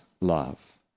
love